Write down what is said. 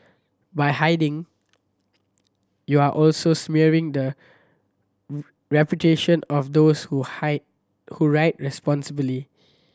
by hiding you're also smearing the reputation of those who high who ride responsibly